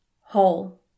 whole